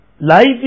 Life